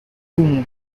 humo